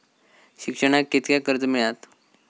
शिक्षणाक कीतक्या कर्ज मिलात?